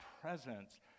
presence